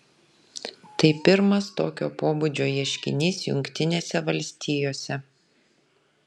tai pirmas tokio pobūdžio ieškinys jungtinėse valstijose